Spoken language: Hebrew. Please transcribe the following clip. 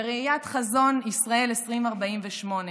בראיית חזון ישראל 2048,